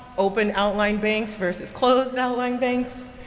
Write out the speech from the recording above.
open outline banks versus closed outline banks,